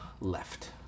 left